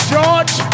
George